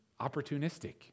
opportunistic